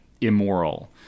immoral